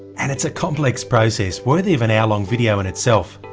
and its a complex process worthy of an hour long video in itself,